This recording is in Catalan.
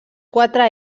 quatre